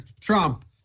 Trump